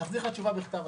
נחזיר לך תשובה בכתב.